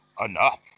enough